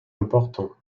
important